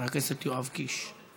חבר הכנסת יואב קיש,